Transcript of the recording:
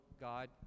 god